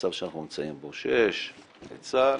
במצב שאנחנו נמצאים בו, שיש את צה"ל,